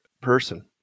person